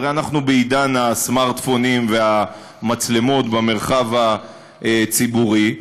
הרי אנחנו בעידן הסמארטפונים והמצלמות במרחב הציבורי,